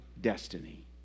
destiny